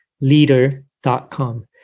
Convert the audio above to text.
leader.com